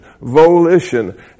volition